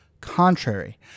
contrary